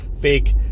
fake